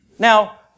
Now